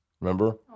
remember